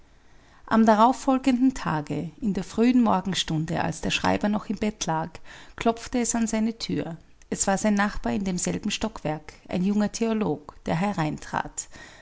am darauf folgenden tage in der frühen morgenstunde als der schreiber noch im bett lag klopfte es an seine thür es war sein nachbar in demselben stockwerk ein junger theolog der hereintrat